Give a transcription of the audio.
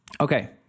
Okay